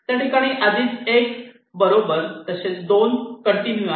त्या ठिकाणी आधीच 1 बरोबर तसेच 2 कंटिन्यू आहे